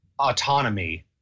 autonomy